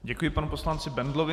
Děkuji panu poslanci Bendlovi.